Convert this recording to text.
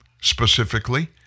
specifically